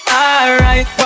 alright